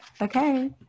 Okay